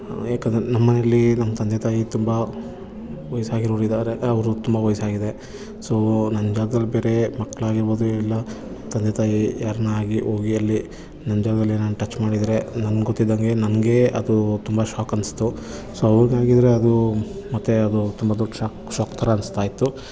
ಯಾಕಂದರೆ ನಮ್ಮ ಮನೆಯಲ್ಲಿ ನಮ್ಮ ತಂದೆ ತಾಯಿ ತುಂಬಾ ವಯ್ಸಾಗಿರೋರು ಇದ್ದಾರೆ ಅವ್ರಿಗ್ ತುಂಬ ವಯಸ್ಸಾಗಿದೆ ಸೊ ನನ್ನ ಜಾಗ್ದಲ್ಲಿ ಬೇರೆ ಮಕ್ಕಳಾಗಿರ್ಬೋದು ಇಲ್ಲ ತಂದೆ ತಾಯಿ ಯಾರನ ಆಗಲಿ ಹೋಗಿ ಅಲ್ಲಿ ನನ್ನ ಜಾಗದಲ್ಲಿ ಏನಾನ ಟಚ್ ಮಾಡಿದ್ದರೆ ನಂಗೆ ಗೊತ್ತಿದಂಗೆ ನನಗೇ ಅದು ತುಂಬ ಶಾಕ್ ಅನಿಸ್ತು ಸೊ ಅವ್ರಿಗಾಗಿದ್ರೆ ಅದು ಮತ್ತೆ ಅದು ತುಂಬ ದೊಡ್ಡ ಶಾಕ್ ಶಾಕ್ ಥರ ಅನಿಸ್ತಾಯಿತ್ತು ಸೊ